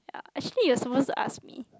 actually you're supposed to ask me